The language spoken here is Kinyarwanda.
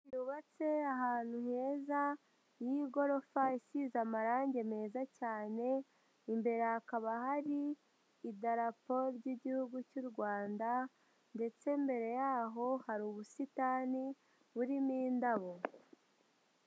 Inzu yubatse ahantu heza y'igorofa isize amarange meza cyane, imbere hakaba hari idarapo ry'igihugu cy'u Rwanda ndetse mbere yaho hari ubusitani burimo indabo.